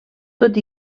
tot